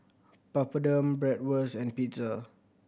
Papadum Bratwurst and Pizza